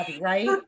right